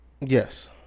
Yes